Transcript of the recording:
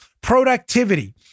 productivity